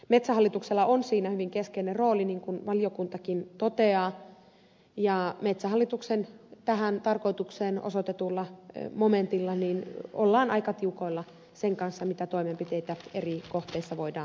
metsähallituksella on siinä hyvin keskeinen rooli niin kuin valiokuntakin toteaa ja metsähallituksen tähän tarkoitukseen osoitetulla momentilla ollaan aika tiukoilla sen kanssa mitä toimenpiteitä eri kohteissa voidaan tehdä